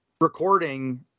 recording